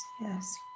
yes